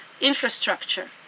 infrastructure